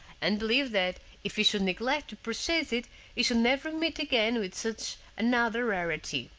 and believed that if he should neglect to purchase it he should never meet again with such another rarity.